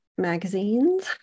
Magazines